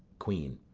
queen.